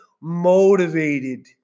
motivated